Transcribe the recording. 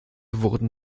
wurden